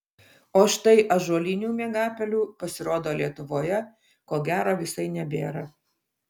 o štai ąžuolinių miegapelių pasirodo lietuvoje ko gero visai nebėra